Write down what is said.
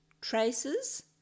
traces